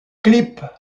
clip